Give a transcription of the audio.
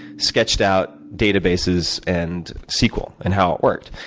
sketched out databases, and sql, and how it worked.